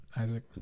Isaac